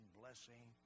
blessing